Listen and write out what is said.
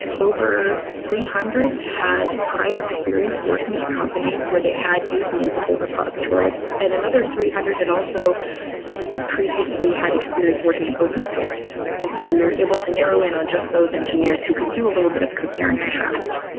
over three hundred had prior experience working at a company where they had used multiple repositories, and another three hundred had also previously had experience experience working in open source. and so we are able to narrow in on just those engineers who could do a little bit of compare and contrast.